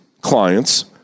clients